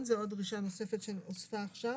זו דרישה נוספת שהוספה עכשיו